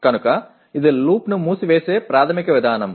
కనుక ఇది లూప్ను మూసివేసే ప్రాథమిక విధానం